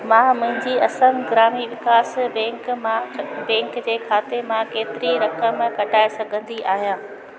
मां मुंहिंजी असम ग्रामीण विकास बैंक मां बैंक जे खाते मां केतिरी रक़म कढाए सघंदी आहियां